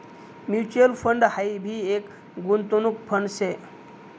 mutual fund हाई भी एक गुंतवणूक फंड शे